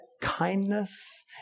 kindness